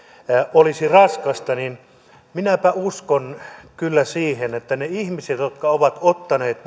olisi raskasta niin minäpä uskon kyllä siihen että ne ihmiset jotka ovat ottaneet